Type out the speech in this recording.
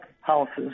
houses